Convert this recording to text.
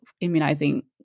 immunizing